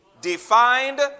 Defined